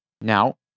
Now